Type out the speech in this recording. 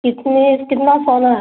कितने कितना सोना है